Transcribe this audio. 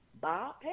Bob